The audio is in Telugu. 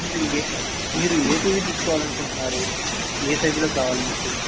మీరు ఏ మీరు ఏ టీవీ తీసుకోవాలని అనుకుంటున్నారు ఏ సైజులో కావాలి మీకు